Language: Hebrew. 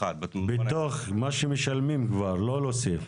מתוך מה שמשלמים כבר, לא להוסיף.